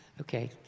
Okay